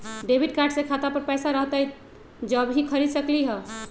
Debit card से खाता पर पैसा रहतई जब ही खरीद सकली ह?